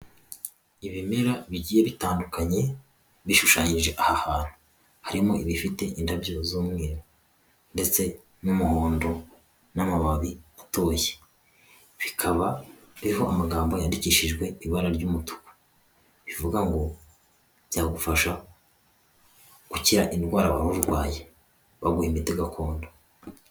Ibimera bigiye bitandukanye bishushanyije aha hantu harimo ibifite indabyo z'umweru, ndetse n'umuhondo n'amababi atoshye, bikaba biriho amagambo yandikishijwe ibara ry'umutuku, rivuga ngo byagufasha gukira indwara waba urwaye baguha imiti gakondo.